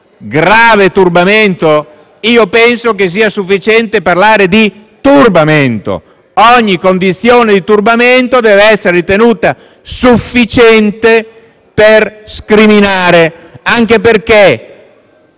«turbamento». Io penso che sia sufficiente parlare di turbamento: ogni condizione di turbamento può essere tenuta sufficiente per scriminare anche perché